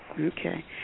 Okay